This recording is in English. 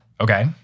Okay